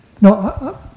No